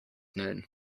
known